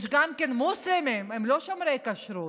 יש גם כן מוסלמים, הם לא שומרי כשרות.